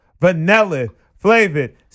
vanilla-flavored